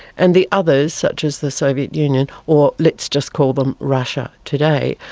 and the others, such as the soviet union, or let's just call them russia today,